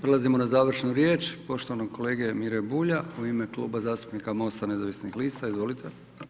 Prelazimo na završnu riječ poštovanog kolege Mire Bulja u ime Kluba zastupnika MOST-a nezavisnih lista, izvolite.